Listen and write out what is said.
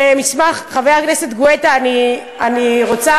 חבר הכנסת גואטה, אני רוצה